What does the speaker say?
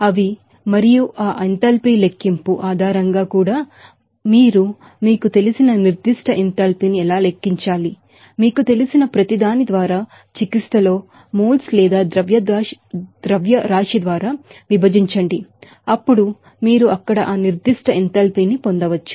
అవి మరియు ఆ ఎంథాల్పీ లెక్కింపు ఆధారంగా కూడా మీరు మీకు తెలిసిన నిర్దిష్ట ఎంథాల్పీని ఎలా లెక్కించాలి మీకు తెలిసిన ప్రతి దాని ద్వారా చికిత్సలో మోల్స్ లేదా మాస్ ద్వారా విభజించండి అప్పుడు మీరు అక్కడ ఆ నిర్దిష్ట ఎంథాల్పీని పొందవచ్చు